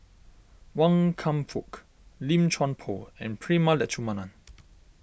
Wan Kam Fook Lim Chuan Poh and Prema Letchumanan